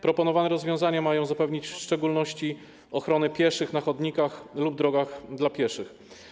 Proponowane rozwiązania mają zapewnić w szczególności ochronę pieszych na chodnikach lub drogach dla pieszych.